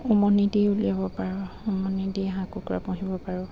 উমনি দি উলিয়াব পাৰোঁ উমনি দি হাঁহ কুকুৰা পুহিব পাৰোঁ